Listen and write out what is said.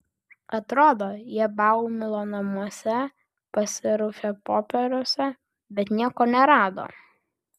atrodo jie baumilo namuose pasirausė popieriuose bet nieko nerado